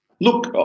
Look